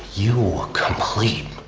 you complete